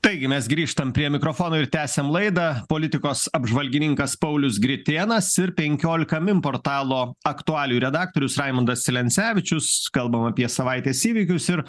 taigi mes grįžtam prie mikrofono ir tęsiam laidą politikos apžvalgininkas paulius gritėnas ir penkiolika min portalo aktualijų redaktorius raimundas celencevičius kalbam apie savaitės įvykius ir